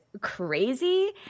crazy